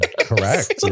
Correct